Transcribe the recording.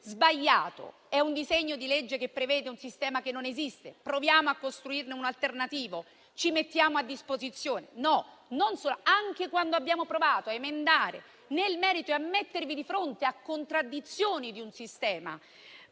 il vostro è un disegno di legge sbagliato, che prevede un sistema che non esiste; proviamo a costruirne uno alternativo e ci mettiamo a disposizione. Non solo, lo avete fatto anche quando abbiamo provato a emendare nel merito e a mettervi di fronte a contraddizioni di un sistema.